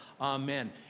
Amen